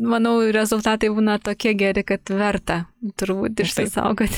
manau rezultatai būna tokie geri kad verta turbūt išsisaugoti